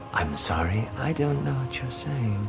i'm sorry, i don't know what you're saying.